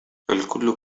الكل